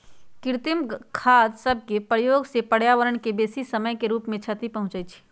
कृत्रिम खाद सभके प्रयोग से पर्यावरण के बेशी समय के रूप से क्षति पहुंचइ छइ